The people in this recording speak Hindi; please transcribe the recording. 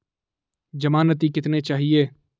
ज़मानती कितने चाहिये?